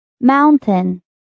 Mountain